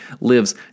lives